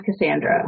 Cassandra